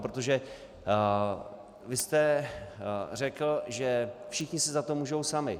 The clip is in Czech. Protože vy jste řekl, že všichni si za to můžou sami.